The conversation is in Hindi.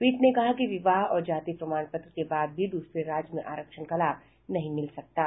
पीठ ने कहा कि विवाह और जाति प्रमाण पत्र के बाद भी दूसरे राज्य में आरक्षण का लाभ नहीं मिल सकता है